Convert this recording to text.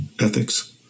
ethics